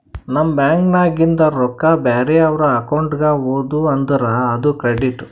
ನಮ್ ಬ್ಯಾಂಕ್ ನಾಗಿಂದ್ ರೊಕ್ಕಾ ಬ್ಯಾರೆ ಅವ್ರ ಅಕೌಂಟ್ಗ ಹೋದು ಅಂದುರ್ ಅದು ಕ್ರೆಡಿಟ್